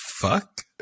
fuck